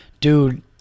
dude